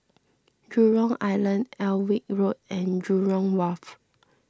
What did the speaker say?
Jurong Island Alnwick Road and Jurong Wharf